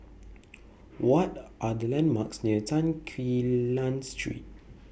What Are The landmarks near Tan Quee Lan Street